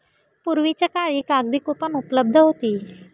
पूर्वीच्या काळी कागदी कूपन उपलब्ध होती